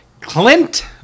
Clint